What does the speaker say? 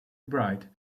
mcbride